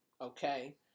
Okay